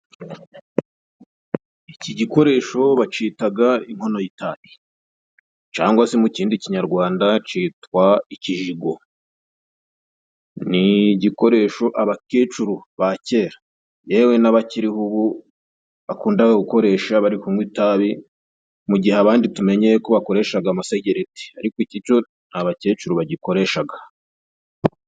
Iki gikoresho bacitaga inkono y'itabi cyangwa se mu kindi kinyarwanda citwa ikijigo. Ni igikoresho abakecuru ba kera yewe n'abakiriho ubu, bakundaga gukoresha bari kunywa itabi. Mu gihe abandi tumenye ko bakoreshaga amasegereti, ariko iki co nta bakecuru bagikoreshaga.